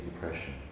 depression